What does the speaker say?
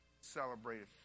celebrated